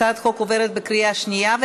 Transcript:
הצעת החוק עוברת בקריאה שנייה.